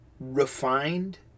refined